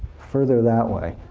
further that way,